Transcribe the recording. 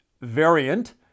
variant